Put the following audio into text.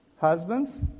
Husbands